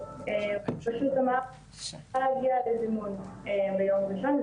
אלא נאמר לי שאני צריכה להגיע לזימון ביום ראשון.